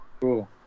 Cool